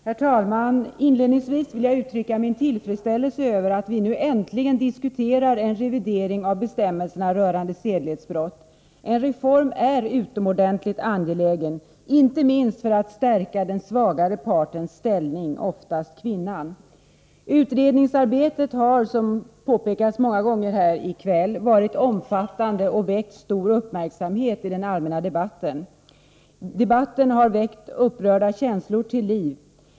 Herr talman! Inledningsvis vill jag uttrycka min tillfredsställelse över att vi nu äntligen diskuterar en revidering av bestämmelserna rörande sedlighetsbrott. En reform är utomordentligt angelägen, inte minst för att stärka den svagare partens — oftast kvinnans — ställning. Utredningsarbetet har, som påpekats många gånger här i kväll, varit omfattande och väckt stor uppmärksamhet i den allmänna debatten. Debatten har väckt upprörda känslor till liv.